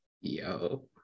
Yo